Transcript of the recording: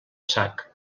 sac